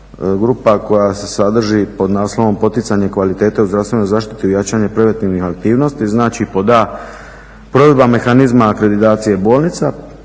grupa koja se sadrži pod naslovom poticanje kvalitete u zdravstvenoj zaštiti i jačanje preventivnih aktivnosti. Znači pod a) provedba mehanizma akreditacije bolnica,